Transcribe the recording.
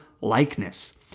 likeness